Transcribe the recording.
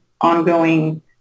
ongoing